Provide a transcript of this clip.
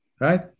right